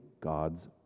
God's